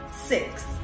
Six